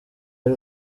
y’u